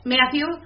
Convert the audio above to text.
Matthew